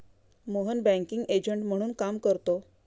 Mohan banking agent म्हणून काम करतो